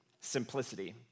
Simplicity